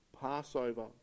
Passover